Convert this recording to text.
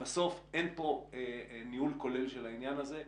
בסוף אין פה ניהול כולל של העניין הזה,